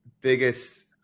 biggest